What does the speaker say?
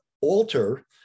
alter